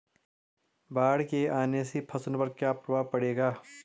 बाढ़ के आने से फसलों पर क्या प्रभाव पड़ेगा?